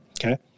okay